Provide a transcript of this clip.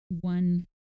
one